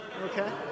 okay